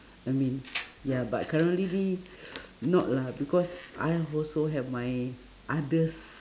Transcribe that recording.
I mean ya but currently not lah because I also have my others